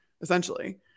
Essentially